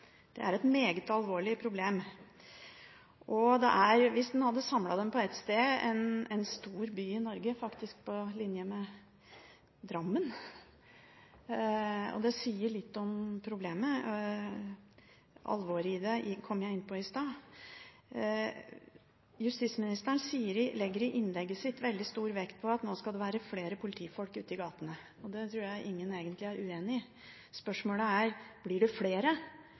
meget alvorlig problem. Hvis en hadde samlet dem på ett sted, tilsvarer det en stor by i Norge, faktisk på linje med Drammen, og det sier litt om problemet. Alvoret i det kom jeg inn på i stad. Justisministeren legger i innlegget sitt veldig stor vekt på at det nå skal være flere politifolk ute i gatene. Det tror jeg ingen egentlig er uenig i. Spørsmålet er: Blir det flere